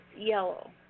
yellow